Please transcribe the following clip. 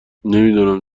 نمیدونم